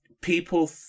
people